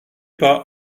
pas